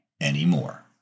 anymore